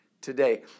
today